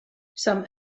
some